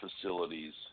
facilities